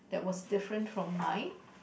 that was different from mine